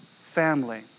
family